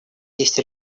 есть